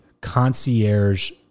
concierge